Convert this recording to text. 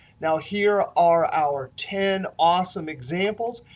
now, here are our ten awesome examples.